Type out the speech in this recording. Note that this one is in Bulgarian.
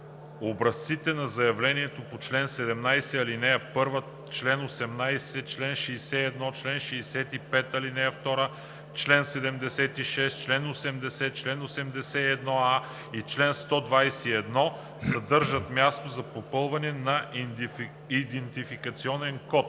„Образците на зaявленията по чл. 17, ал. 1, чл. 18, чл. 61, чл. 65, ал. 2, чл. 76, чл. 80, чл. 81а и чл. 121 съдържат място за попълване на идентификационен код.“